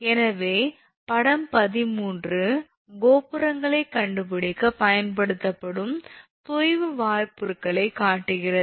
எனவே படம் 13 கோபுரங்களைக் கண்டுபிடிக்கப் பயன்படுத்தப்படும் தொய்வு வார்ப்புருக்களைக் காட்டுகிறது